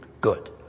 good